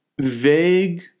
vague